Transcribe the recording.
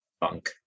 bunk